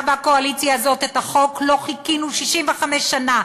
והקואליציה הזאת את החוק שלו חיכינו 65 שנה,